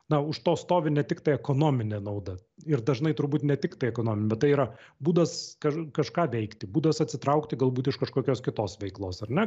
na už to stovi ne tiktai ekonominė nauda ir dažnai turbūt ne tiktai ekonominė bet tai yra būdas kaž kažką veikti būdas atsitraukti galbūt iš kažkokios kitos veiklos ar ne